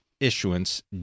issuance